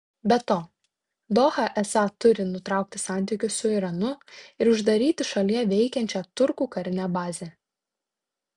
be to doha esą turi nutraukti santykius su iranu ir uždaryti šalyje veikiančią turkų karinę bazę